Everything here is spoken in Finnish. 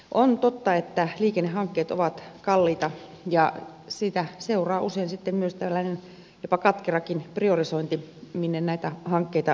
on totta että liikennehankkeet ovat kalliita ja siitä seuraa usein jopa katkerakin priorisointi minne näitä hankkeita saadaan